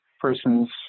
persons